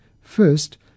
First